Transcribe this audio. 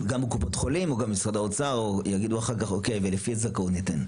וקופות החולים ומשרד האוצר יתנו לפי הזכאות.